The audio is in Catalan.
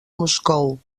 moscou